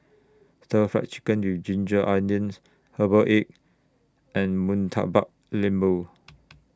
Stir Fried Chicken with Ginger Onions Herbal Egg and Murtabak Lembu